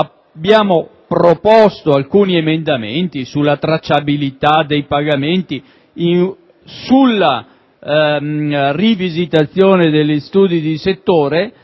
abbiamo proposto alcuni emendamenti sulla tracciabilità dei pagamenti e sulla rivisitazione degli studi di settore